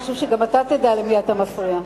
חשוב שגם אתה תדע למי אתה מפריע.